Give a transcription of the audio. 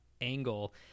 angle